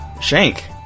Shank